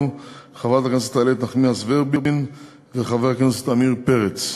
חברת הכנסת איילת נחמיאס ורבין וחבר הכנסת עמיר פרץ,